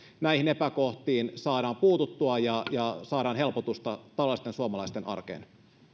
näihin epäkohtiin saadaan puututtua ja ja saadaan helpotusta tavallisten suomalaisten arkeen